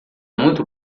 muito